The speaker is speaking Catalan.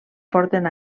porten